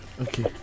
Okay